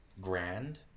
grand